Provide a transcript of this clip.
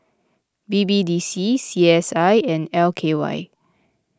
B B D C C S I and L K Y